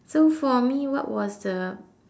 so for me what was the